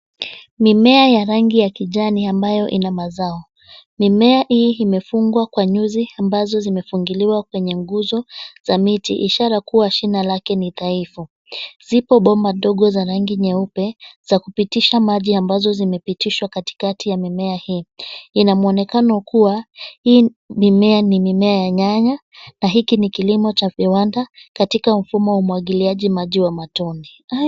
Mimea ya rangi ya kijani ambayo ina mazao. Mimea hii imefungwa kwa nyuzi ambazo zimefungiliwa kwenye nguzo za miti ishara kuwa shina lake ni dhaifu. Zipo bomba ndogo za rangi nyeupe, za kupitisha maji ambazo zimepitishwa katikati ya mimea hii. Ina mwonekano kuwa hii mimea ni mimea ya nyanya, na hiki ni kilimo cha viwanda katika mfumo wa umwagiliaji maji wa matone.